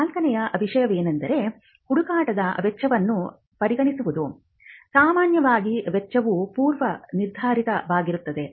ನಾಲ್ಕನೆಯ ವಿಷಯವೆಂದರೆ ಹುಡುಕಾಟದ ವೆಚ್ಚವನ್ನು ಪರಿಗಣಿಸುವುದು ಸಾಮಾನ್ಯವಾಗಿ ವೆಚ್ಚವು ಪೂರ್ವ ನಿರ್ಧರಿತವಾಗಿರುತ್ತದೆ